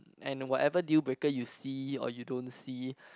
and whatever dealbreaker you see or you don't see